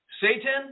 Satan